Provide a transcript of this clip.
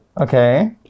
Okay